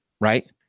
right